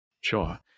sure